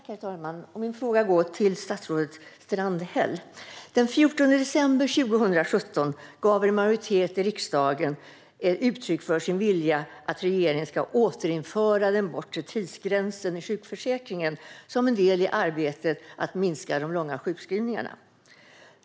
Herr talman! Min fråga går till statsrådet Strandhäll. Den 14 december 2017 gav en majoritet i riksdagen uttryck för sin vilja att regeringen ska återinföra den bortre tidsgränsen i sjukförsäkringen som en del i arbetet att minska de långa sjukskrivningarna.